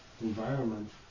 environment